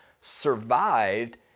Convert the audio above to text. survived